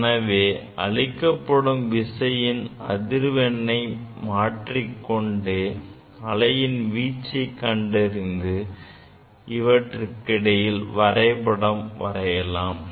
எனவே அளிக்கப்படும் விசையின் அதிர்வெண்ணை மாற்றிக்கொண்டே அலையின் வீச்சை கண்டறிந்து இவற்றுக்கிடையில் வரைபடம் வரையலாம்